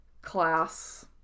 class